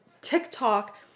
TikTok